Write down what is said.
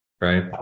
right